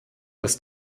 dass